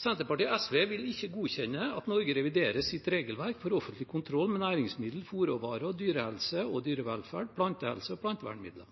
Senterpartiet og SV vil ikke godkjenne at Norge reviderer sitt regelverk for offentlig kontroll med næringsmidler, fôrvarer, dyrehelse, dyrevelferd, plantehelse og plantevernmidler.